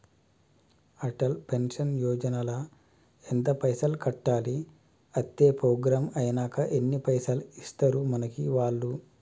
Atal pension Yojana ల ఎంత పైసల్ కట్టాలి? అత్తే ప్రోగ్రాం ఐనాక ఎన్ని పైసల్ ఇస్తరు మనకి వాళ్లు?